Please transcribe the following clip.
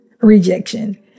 rejection